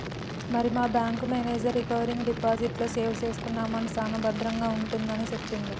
మరి మా bank manager recurring deposit లో సేవ్ చేసుకున్న అమౌంట్ సాన భద్రంగా ఉంటుందని సెప్పిండు